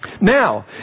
Now